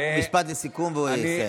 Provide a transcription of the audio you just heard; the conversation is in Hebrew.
משפט לסיכום והוא יסיים.